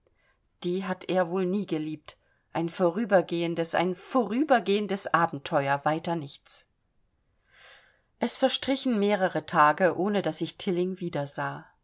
die hat er wohl nie geliebt ein vorübergehendes ein vorübergegangenes abenteuer weiter nichts es verstrichen mehrere tage ohne daß ich tilling wiedersah